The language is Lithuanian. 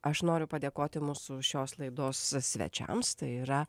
aš noriu padėkoti mūsų šios laidos svečiams tai yra